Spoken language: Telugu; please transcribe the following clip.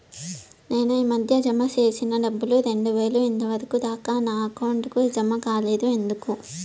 నేను ఈ మధ్య జామ సేసిన డబ్బులు రెండు వేలు ఇంతవరకు దాకా నా అకౌంట్ కు జామ కాలేదు ఎందుకు?